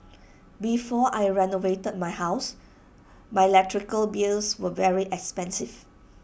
before I renovated my house my electrical bills were very expensive